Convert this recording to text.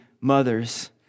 mother's